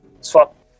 swap